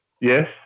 Yes